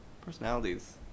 Personalities